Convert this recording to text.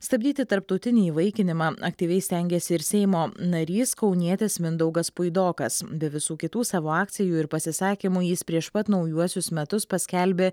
stabdyti tarptautinį įvaikinimą aktyviai stengėsi ir seimo narys kaunietis mindaugas puidokas be visų kitų savo akcijų ir pasisakymų jis prieš pat naujuosius metus paskelbė